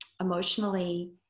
emotionally